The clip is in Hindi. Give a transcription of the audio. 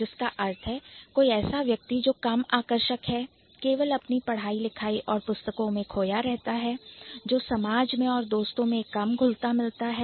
जिसका अर्थ है कोई ऐसा व्यक्ति जो कम आकर्षक हो केवल अपनी पढ़ाई लिखाई और पुस्तकों में खोया रहता है जो समाज में और दोस्तों में कम घुलता मिलता है